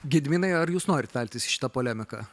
gediminai ar jūs norit veltis į šitą polemiką